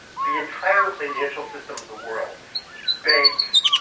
the entire financial system of the world banks,